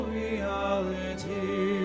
reality